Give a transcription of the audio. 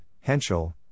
Henschel